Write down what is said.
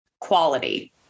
quality